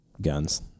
guns